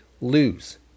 lose